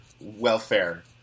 welfare